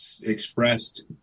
expressed